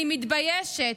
אני מתביישת.